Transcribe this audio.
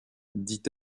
dit